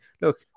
look